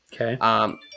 Okay